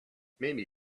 maybe